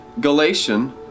Galatian